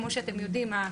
כמו שאתם יודעים,